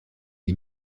die